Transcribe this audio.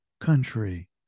country